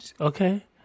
Okay